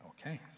Okay